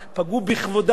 פגעו בכבודם,